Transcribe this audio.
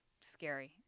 scary